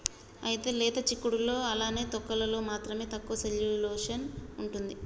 అయితే లేత సిక్కుడులో అలానే తొక్కలలో మాత్రం తక్కువ సెల్యులోస్ ఉంటుంది